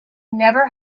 never